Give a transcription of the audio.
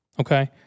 Okay